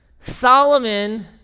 Solomon